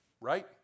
right